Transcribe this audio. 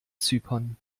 zypern